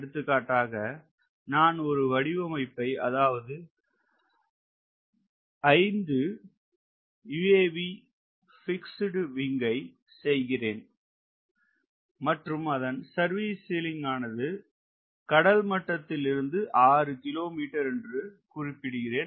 எடுத்துக்காட்டாக நான் ஒரு வடிவமைப்பை அதாவது 5 UAV Fixed Wing UAV ஐ செய்கிறேன் மற்றும் அதன் சர்விஸ் சீலிங் ஆனது கடல் மட்டத்தில் இருந்து 6km என்று குறிப்பிடுகிறேன்